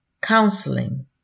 counseling